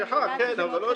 סליחה, אני לא יודע.